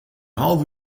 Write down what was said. half